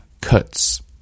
cuts